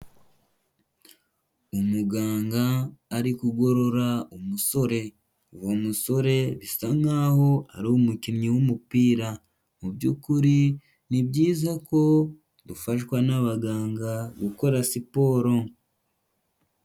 Umuganga ari kugorora umusore, uwo musore bisa nk'aho ari umukinnyi w'umupira mu byukuri ni byiza ko dufashwa n'abaganga gukora siporo.